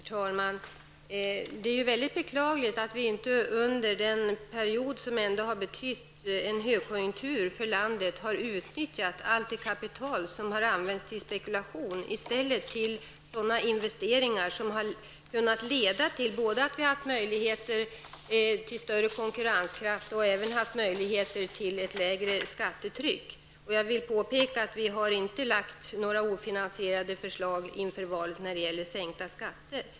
Herr talman! Det är mycket beklagligt att vi under den period som landet har befunnit sig i en högkonjunktur inte har utnyttjat allt det kapital som har använts till spekulation till sådana investeringar som hade kunnat leda till att vi hade haft möjligheter till större konkurrenskraft och till lägre skattetryck. Jag vill påpeka att vi inte har lagt fram några några ofinansierade förslag inför valet när det gäller sänkta skatter.